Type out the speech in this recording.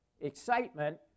Excitement